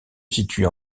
situe